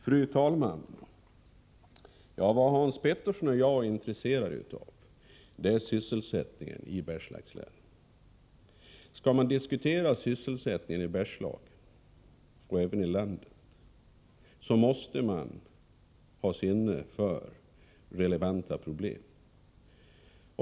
Fru talman! Vad Hans Petersson i Hallstahammar och jag är intresserade av är sysselsättningen i Bergslagslänen. Skall man diskutera sysselsättningen i Bergslagen och även i landet i övrigt, måste man ha sinne för relevanta problem.